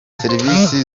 servisi